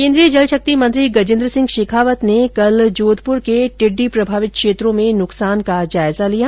केन्द्रीय जल शक्ति मंत्री गजेन्द्र सिंह शेखावत ने कल जोघपुर के टिड्डी प्रमावित क्षेत्रों में नुकसान का जायजा लिया